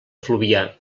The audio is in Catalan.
fluvià